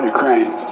Ukraine